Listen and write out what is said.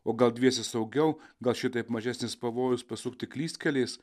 o gal dviese saugiau gal šitaip mažesnis pavojus pasukti klystkeliais